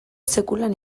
sekulan